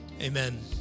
amen